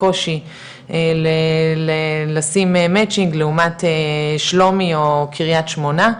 קושי לשים מצ'ינג לעומת שלומי או קריית שמונה,